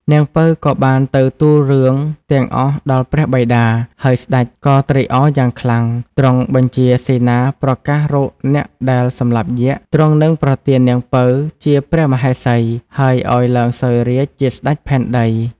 នាងពៅ ក៏បានទៅទូលរឿងទាំងអស់ដល់ព្រះបិតា ហើយស្តេចក៏ត្រេកអរយ៉ាងខ្លាំង ទ្រង់បញ្ជាសេនាប្រកាសរកអ្នកដែលសម្លាប់យក្ខ ទ្រង់នឹងប្រទាននាងពៅ ជាព្រះមហេសី ហើយឱ្យឡើងសោយរាជ្យជាស្តេចផែនដី។។